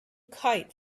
kite